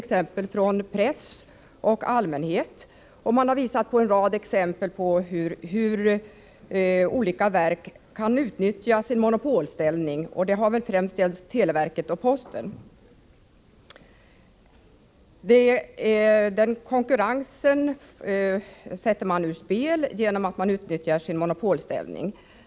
Det har angetts en rad exempel på hur olika verk kan utnyttja sin monopolställning. Detta har främst gällt televerket och posten. Konkurrensen sätts ur spel genom att verket utnyttjar sin monopolställning.